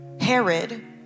Herod